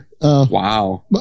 wow